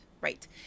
right